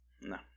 No